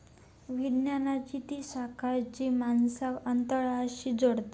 विज्ञानाची ती शाखा जी माणसांक अंतराळाशी जोडता